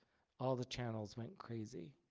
all the channels went crazy.